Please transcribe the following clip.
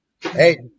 Hey